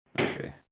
okay